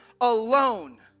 alone